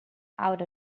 out